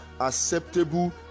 acceptable